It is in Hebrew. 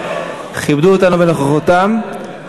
הם כיבדו אותנו בנוכחותם.